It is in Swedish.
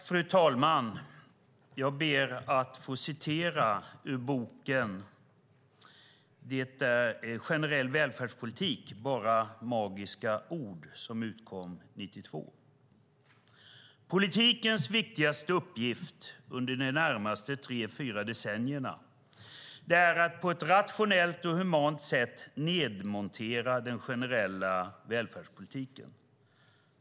Fru talman! I boken Generell välfärdspolitik - bara magiska ord? som utkom 1992 kan man läsa följande: Politikens viktigaste uppgift under de närmaste tre fyra decennierna är att på ett rationellt och humant sätt nedmontera den generella välfärdspolitiken.